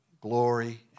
glory